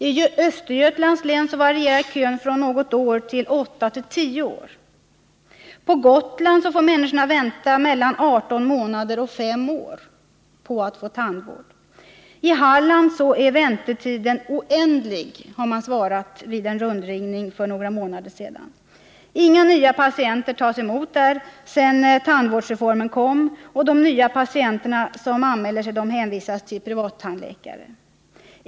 I Östergötlands län varierar kön från något år till åtta till tio år. På Gotland får människorna vänta mellan 18 månader och fem år på att få tandvård. I Halland är väntetiden ”oändlig”, har man svarat vid en rundringning för några månader sedan. Inga nya patienter tas emot där sedan tandvårdsreformen genomfördes, och de nya patienter som anmäler sig hänvisas till privattandläkare.